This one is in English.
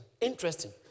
Interesting